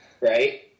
right